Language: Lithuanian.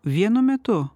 vienu metu